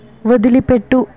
వదిలిపెట్టు